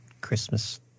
Christmas